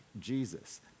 Jesus